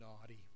naughty